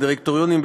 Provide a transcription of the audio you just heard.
הדירקטוריונים,